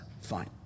Fine